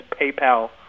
PayPal